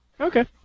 Okay